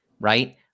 right